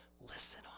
listen